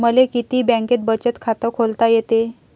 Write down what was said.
मले किती बँकेत बचत खात खोलता येते?